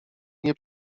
nie